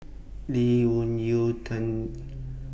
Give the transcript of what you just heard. Lee Wung Yew Tan